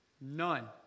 None